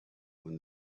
when